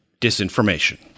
Disinformation